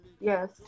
Yes